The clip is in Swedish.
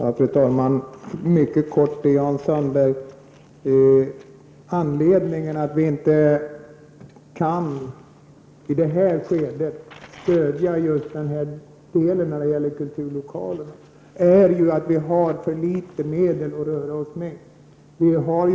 Fru talman! Mycket kort till Jan Sandberg: Anledningen till att vi inte kan i det här skedet stödja motionen rörande kulturlokalerna är att vi har för litet medel att röra oss med.